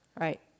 Right